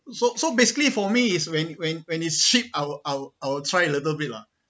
so so basically for me is when when when it's cheap I'll I'll I'll try a little bit lah